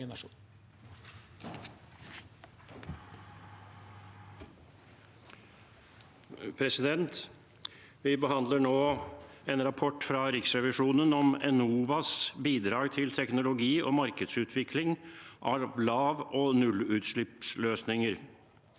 for saken): Vi behandler nå en rapport fra Riksrevisjonen om Enovas bidrag til teknologi- og markedsutvikling av lav- og nullutslippsløsninger.